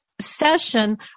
session